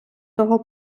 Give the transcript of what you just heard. того